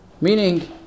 meaning